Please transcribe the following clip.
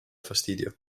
fastidio